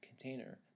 container